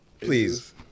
Please